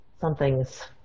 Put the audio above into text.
something's